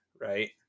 right